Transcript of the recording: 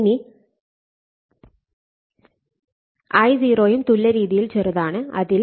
Now I0 യും തുല്ല്യ രീതിയിൽ ചെറുതാണ് അതിൽ ലോഡ് കറണ്ട് ഇല്ല